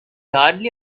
hardly